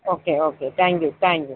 okay okay thank you thank you